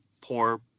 poor